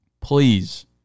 Please